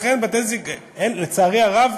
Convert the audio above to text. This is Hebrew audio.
לצערי הרב,